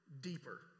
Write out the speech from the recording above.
deeper